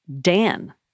Dan